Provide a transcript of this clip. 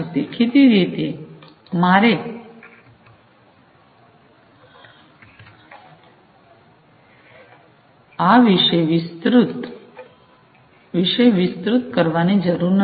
દેખીતી રીતે તેથી મારે આ વિશે વિસ્તૃત કરવાની જરૂર નથી